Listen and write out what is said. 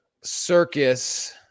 circus